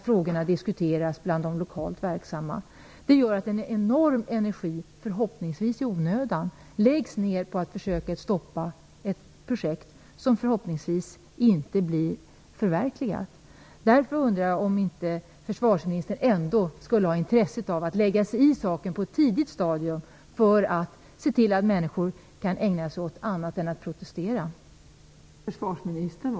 Frågorna diskuteras bland de lokalt verksamma. En enorm energi läggs ner på att stoppa ett projekt som förhoppningsvis inte kommer att förverkligas. Därför undrar jag om inte försvarsministern ändå skulle ha ett intresse av att lägga sig i saken på ett tidigt stadium för att se till att människor kan ägna sig åt någonting annat än att protestera.